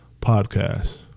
podcast